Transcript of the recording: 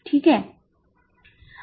ठीक